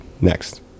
next